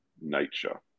nature